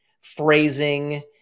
phrasing